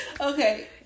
Okay